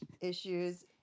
issues